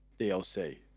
DLC